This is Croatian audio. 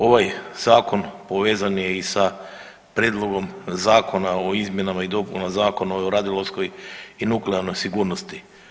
Ovaj Zakon povezan je i sa Prijedlogom zakona o izmjenama i dopunama Zakona o radiološkoj i nuklearnoj sigurnosti.